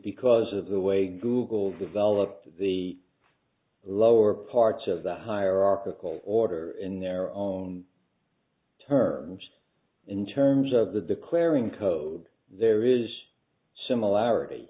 because of the way google developed the lower parts of the hierarchical order in their own terms in terms of the declaring code there is a similarity